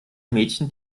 mädchen